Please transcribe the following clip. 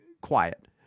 quiet